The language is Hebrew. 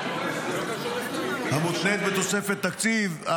המותנית בתוספת תקציב,